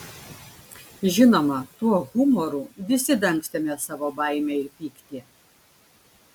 žinoma tuo humoru visi dangstėme savo baimę ir pyktį